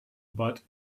but